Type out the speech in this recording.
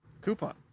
Coupon